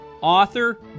author